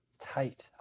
tight